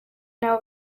nabi